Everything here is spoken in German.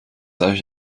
euch